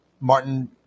Martin